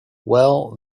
well